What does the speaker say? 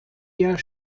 jahr